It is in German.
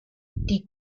die